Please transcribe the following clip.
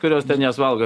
kurios jas valgo